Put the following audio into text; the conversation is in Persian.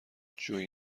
جویی